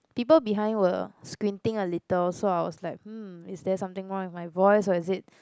people behind were squinting a little so I was like hmm is there something wrong with my voice or is it